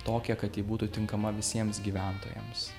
tokią kad ji būtų tinkama visiems gyventojams